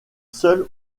seul